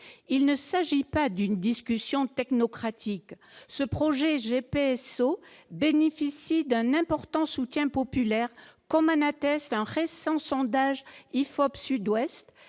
Il ne s'agit pas d'une discussion technocratique, car le GPSO bénéficie d'un important soutien populaire, comme l'atteste un récent sondage IFOP Sud-Ouest